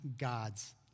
God's